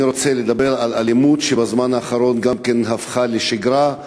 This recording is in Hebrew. אני רוצה לדבר על אלימות שבזמן האחרון גם הפכה לשגרה,